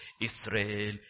Israel